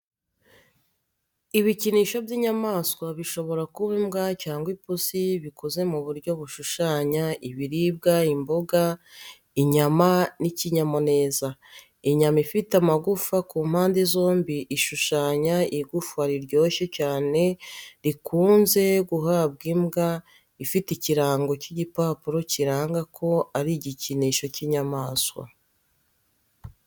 Ibikinisho by’inyamaswa zishobora kuba imbwa cyangwa ipusi bikoze mu buryo bushushanya ibiribwa imboga, inyama n’ikinyamuneza. Inyama ifite amagufwa ku mpande zombi ishushanya igufwa riryoshye cyane rikunze guhabwa imbwa ifite ikirango cy’igipapuro kiranga ko ari igikinisho cy’inyamaswa.